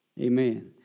Amen